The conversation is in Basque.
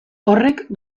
horrek